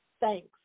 Thanks